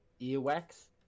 earwax